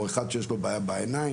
או אחד שיש לו בעיה בעיניים.